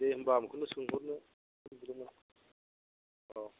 दे होनबा आं बेखौनो सोंहरनो हरदोंमोन औ